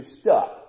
stuck